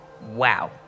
Wow